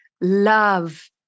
love